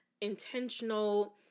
intentional